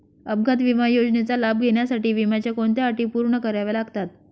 अपघात विमा योजनेचा लाभ घेण्यासाठी विम्याच्या कोणत्या अटी पूर्ण कराव्या लागतात?